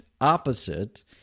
opposite